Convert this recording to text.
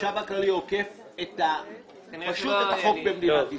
החשב הכללי עוקף את החוק במדינת ישראל.